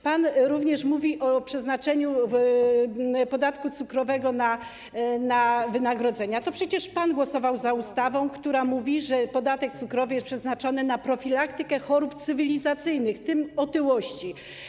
Pan również mówi o przeznaczeniu podatku cukrowego na wynagrodzenia, a to przecież pan głosował za ustawą, która stanowi, że podatek cukrowy jest przeznaczony na profilaktykę chorób cywilizacyjnych, w tym otyłości.